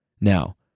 Now